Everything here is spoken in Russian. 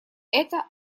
это